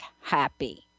happy